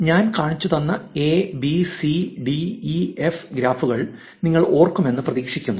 ഞാൻ കാണിച്ചുതന്ന A B C D E F ഗ്രാഫുകൾ നിങ്ങൾ ഓർക്കുമെന്ന് പ്രതീക്ഷിക്കുന്നു